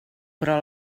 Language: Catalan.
però